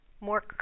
more